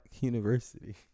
university